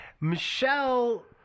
Michelle